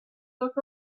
look